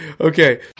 Okay